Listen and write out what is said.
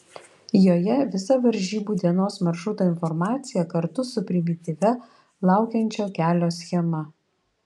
joje visa varžybų dienos maršruto informacija kartu su primityvia laukiančio kelio schema